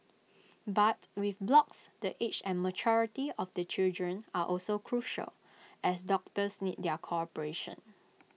but with blocks the age and maturity of the children are also crucial as doctors need their cooperation